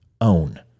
own